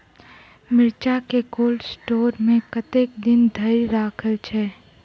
मिर्चा केँ cold store मे कतेक दिन धरि राखल छैय?